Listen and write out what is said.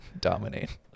dominate